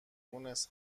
مونس